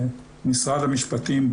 משרד המשפטים,